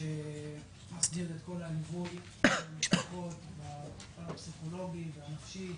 שמסדיר את כל הליווי הפסיכולוגי והנפשי